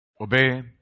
obey